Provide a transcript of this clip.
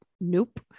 Nope